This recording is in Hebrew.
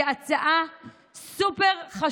היא הצעה סופר-חשובה.